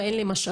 ואין לי משאבים.